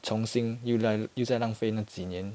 重新又又再浪费那几年